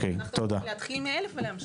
נוכל להתחיל מ-1,000 ולהמשיך.